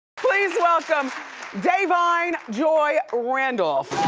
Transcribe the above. please welcome da'vine joy randolph.